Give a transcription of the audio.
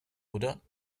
oder